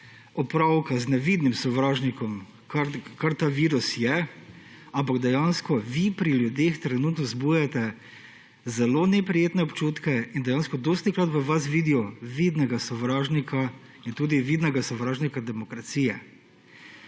opravka z nevidnim sovražnikom, kar ta virus je, ampak vi pri ljudeh trenutno zbujate zelo neprijetne občutje. Dostikrat v vas vidijo vidnega sovražnika in tudi vidnega sovražnika demokracije.